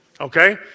Okay